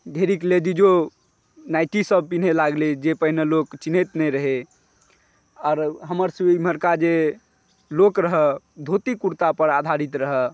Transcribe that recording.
ढेरिक लेडिजो नाइटी सब पिन्हय लागलै जे पहिनऽ लोक चिन्हैत नहि रहै आर हमर सब इमहरका जे लोक रहय धोती कुरता पर आधारित रहय